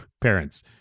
parents